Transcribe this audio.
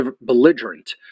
belligerent